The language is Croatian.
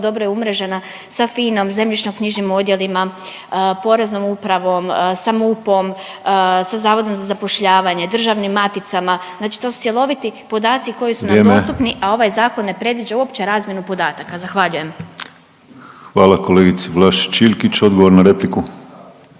dobro je umrežena sa FINA-om, zemljišno knjižnim odjelima, Poreznom upravom, sa MUP-om, sa Zavodom za zapošljavanje, državnim maticama. Znači to su cjeloviti podaci koji su nam …/Upadica Penava: Vrijeme./… dostupni, a ovaj zakon ne predviđa uopće razmjenu podataka. Zahvaljujem. **Penava, Ivan (DP)** Hvala kolegici Vlašić Iljkić. Odgovor na repliku.